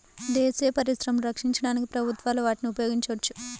దేశీయ పరిశ్రమలను రక్షించడానికి ప్రభుత్వాలు వాటిని ఉపయోగించవచ్చు